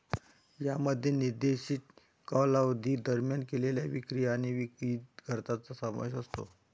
यामध्ये निर्दिष्ट कालावधी दरम्यान केलेल्या विक्री आणि विविध खर्चांचा समावेश असतो